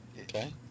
Okay